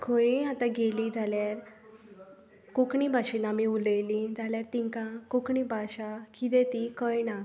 खंयीय आतां गेलीं जाल्यार कोंकणी भाशेन आमी उलयलीं जाल्यार तांकां कोंकणी भाशा किदें ती कळना